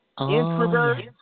Introvert